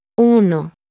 Uno